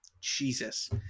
Jesus